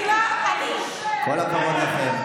כל הכבוד לכם.